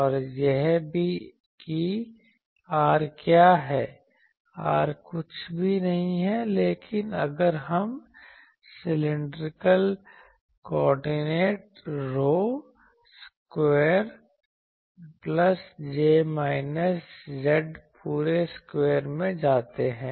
और यह भी कि R क्या है R कुछ भी नहीं है लेकिन अगर हम cylindrical coordinate rho square plus j minus z पूरे स्क्वायर में जाते हैं